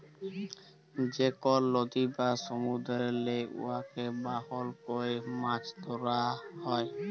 যে কল লদী বা সমুদ্দুরেল্লে উয়াকে বাহল ক্যরে মাছ ধ্যরা হ্যয়